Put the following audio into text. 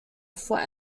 before